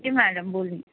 جی madam بولیے